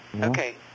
Okay